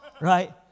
right